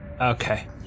Okay